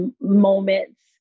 moments